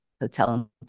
Hotel